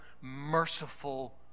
merciful